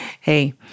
Hey